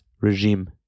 regime